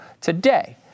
today